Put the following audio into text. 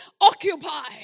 Occupy